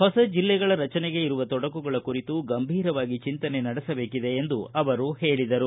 ಹೊಸ ಜಿಲ್ಲೆಗಳ ರಚನೆಗೆ ಇರುವ ತೊಡಕುಗಳ ಕುರಿತು ಗಂಭೀರವಾಗಿ ಚಿಂತನೆ ನಡೆಸಬೇಕು ಎಂದು ಅವರು ಹೇಳಿದರು